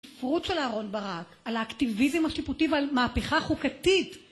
פירוש של אהרן ברק על האקטיביזם השיפוטי ועל מהפכה חוקתית